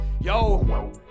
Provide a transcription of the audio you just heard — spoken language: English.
yo